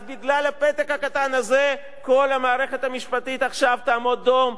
אז בגלל הפתק הקטן הזה כל המערכת המשפטית עכשיו תעמוד דום,